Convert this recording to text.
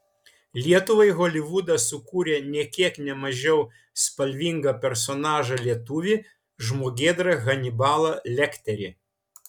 lietuvai holivudas sukūrė nė kiek ne mažiau spalvingą personažą lietuvį žmogėdrą hanibalą lekterį